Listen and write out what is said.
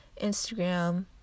instagram